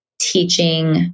teaching